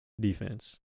defense